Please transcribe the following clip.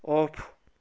of